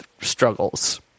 struggles